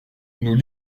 nous